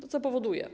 Co to powoduje?